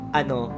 ano